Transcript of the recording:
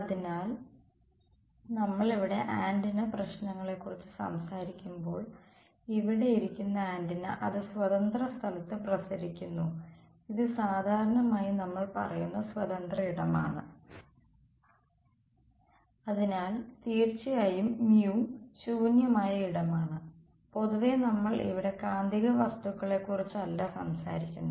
അതിനാൽ നമ്മൾ ഇവിടെ ആന്റിന പ്രശ്നങ്ങളെക്കുറിച്ച് സംസാരിക്കുമ്പോൾ ഇവിടെ ഇരിക്കുന്ന ആന്റിന അത് സ്വതന്ത്ര സ്ഥലത്ത് പ്രസരിക്കുന്നു ഇത് സാധാരണയായി നമ്മൾ പറയുന്ന സ്വതന്ത്ര ഇടമാണ് അതിനാൽ തീർച്ചയായും μ ശൂന്യമായ ഇടമാണ് പൊതുവെ നമ്മൾ ഇവിടെ കാന്തിക വസ്തുക്കളെക്കുറിച്ചല്ല സംസാരിക്കുന്നത്